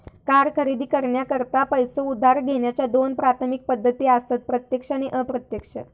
car खरेदी करण्याकरता पैसो उधार घेण्याच्या दोन प्राथमिक पद्धती असत प्रत्यक्ष आणि अप्रत्यक्ष